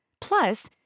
Plus